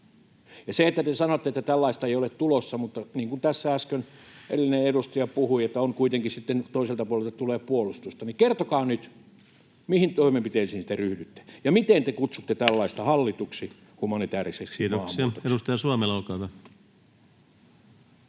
Ja te sanotte, että tällaista ei ole tulossa, mutta niin kuin tässä äsken edellinen edustaja puhui, toiselta puolelta tulee kuitenkin puolustusta. Kertokaa nyt: Mihin toimenpiteisiin te ryhdytte? Ja miten te kutsutte tällaista hallituksi humanitääriseksi maahanmuutoksi? Kiitoksia. — Edustaja Suomela, olkaa hyvä.